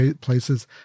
places